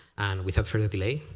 and without further delay,